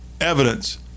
evidence